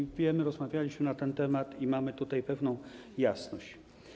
I wiemy, rozmawialiśmy na ten temat i mamy tutaj pewną jasność.